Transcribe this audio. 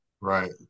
Right